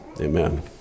amen